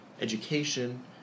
education